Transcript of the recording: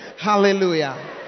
hallelujah